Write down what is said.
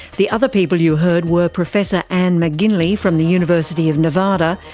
the other people you heard were professor ann mcginley from the university of nevada,